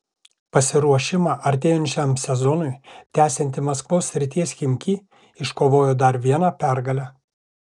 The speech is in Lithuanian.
pasiruošimą artėjančiam sezonui tęsianti maskvos srities chimki iškovojo dar vieną pergalę